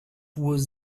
was